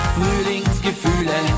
Frühlingsgefühle